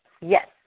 Yes